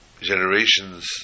generations